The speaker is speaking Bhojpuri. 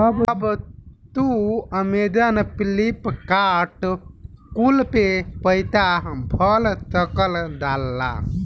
अब तू अमेजैन, फ्लिपकार्ट कुल पे पईसा भर सकल जाला